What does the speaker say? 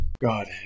God